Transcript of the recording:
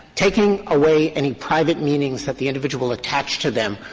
taking away any private meanings that the individual attached to them,